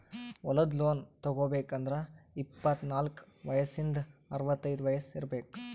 ಹೊಲದ್ ಲೋನ್ ತಗೋಬೇಕ್ ಅಂದ್ರ ಇಪ್ಪತ್ನಾಲ್ಕ್ ವಯಸ್ಸಿಂದ್ ಅರವತೈದ್ ವಯಸ್ಸ್ ಇರ್ಬೆಕ್